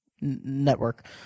network